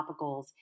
topicals